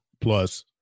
plus